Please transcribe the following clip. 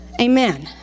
Amen